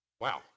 Wow